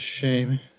shame